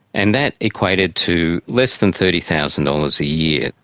and that equated to less than thirty thousand dollars a year.